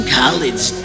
college